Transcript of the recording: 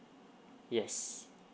yes